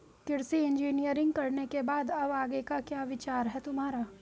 कृषि इंजीनियरिंग करने के बाद अब आगे का क्या विचार है तुम्हारा?